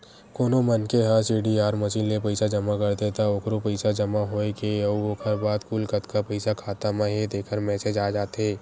कोनो मनखे ह सीडीआर मसीन ले पइसा जमा करथे त ओखरो पइसा जमा होए के अउ ओखर बाद कुल कतका पइसा खाता म हे तेखर मेसेज आ जाथे